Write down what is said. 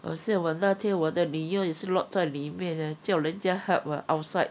可是我那天我的女儿也是 lock 在里面 eh 叫人家 help eh outside